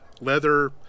leather